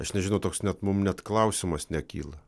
aš nežinau toks net mum net klausimas nekyla